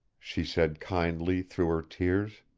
she said kindly through her tears.